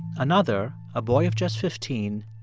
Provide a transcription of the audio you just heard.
another, a boy of just fifteen,